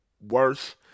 worse